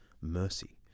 mercy